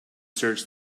search